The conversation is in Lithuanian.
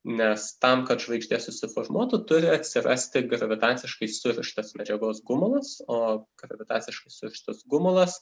nes tam kad žvaigždė susiformuotų turi atsirasti gravitaciškai surištas medžiagos gumulas o gravitaciškai surištas gumulas